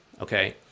Okay